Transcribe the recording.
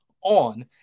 on